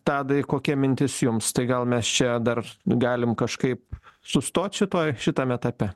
tadai kokia mintis jums tai gal mes čia dar galim kažkaip sustoti šitoj šitam etape